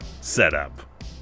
setup